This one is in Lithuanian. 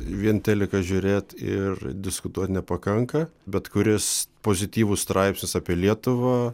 vien teliką žiūrėt ir diskutuot nepakanka bet kuris pozityvus straipsnis apie lietuvą